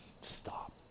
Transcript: stop